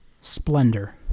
splendor